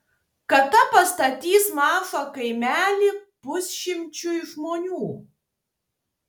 kada pastatys mažą kaimelį pusšimčiui žmonių